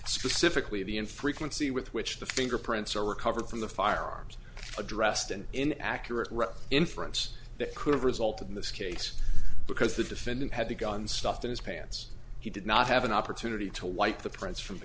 specifically the in frequency with which the fingerprints are recovered from the firearms addressed and in accurate read inference that could have resulted in this case because the defendant had the gun stuffed in his pants he did not have an opportunity to wipe the prints from the